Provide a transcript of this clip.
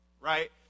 right